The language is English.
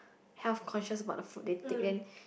health conscious about the food they take then